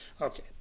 Okay